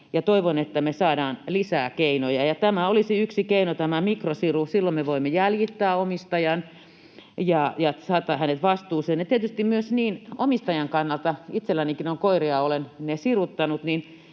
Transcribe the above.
toivon, että me saadaan lisää keinoja. Tämä mikrosiru olisi yksi keino. Silloin me voimme jäljittää omistajan ja saattaa hänet vastuuseen. Ja tietysti myös omistajan kannalta: itsellänikin on koiria, olen ne siruttanut,